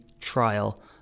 trial